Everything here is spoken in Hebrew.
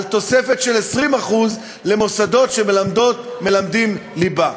על תוספת של 20% למוסדות שמלמדים ליבה.